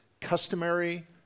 customary